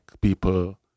people